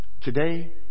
today